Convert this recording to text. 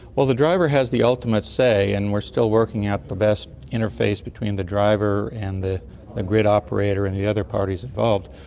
the driver has the ultimate say and we're still working out the best interface between the driver and the ah grid operator and the other parties involved,